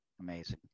Amazing